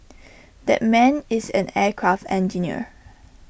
that man is an aircraft engineer